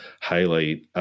highlight